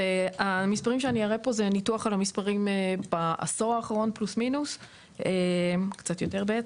המספרים שאני אראה פה זה ניתוח על המספרים בעשור האחרון וקצת יותר.